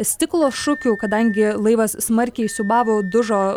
stiklo šukių kadangi laivas smarkiai siūbavo dužo